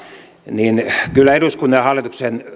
niin kyllä eduskunnan ja hallituksen